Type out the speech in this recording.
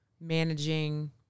managing